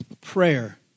prayer